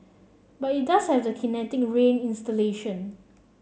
but it does have the Kinetic Rain installation